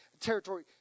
territory